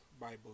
Bible